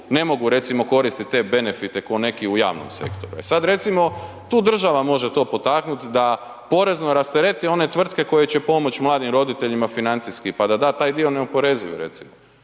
ne mogu recimo koristiti te benefite kao neki u javnom sektoru. Sad recimo, tu država može to potaknuti, da porezno rastereti one tvrtke koje će pomoći mladim roditeljima financijski pa da da taj dio neoporezivi recimo